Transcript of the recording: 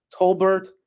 Tolbert